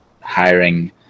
hiring